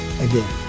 again